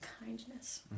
kindness